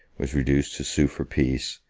was reduced to sue for peace,